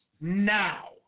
now